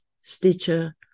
Stitcher